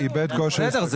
איבד כושר השתכרות.